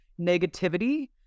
negativity